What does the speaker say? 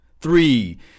Three